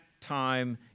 time